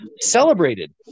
celebrated